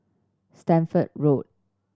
Stamford Road